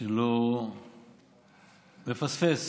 שלא מפספס